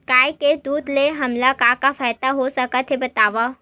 गाय के दूध से हमला का का फ़ायदा हो सकत हे बतावव?